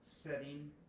setting